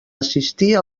assistir